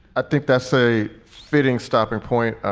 i think that's a fitting stopping point.